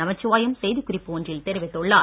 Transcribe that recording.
நமச்சிவாயம் செய்திக் குறிப்பில் ஒன்றில் தெரிவித்துள்ளார்